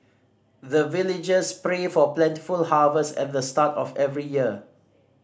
the villagers pray for plentiful harvest at the start of every year